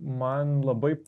man labai